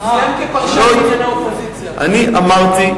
אני אמרתי: